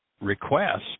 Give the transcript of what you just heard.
request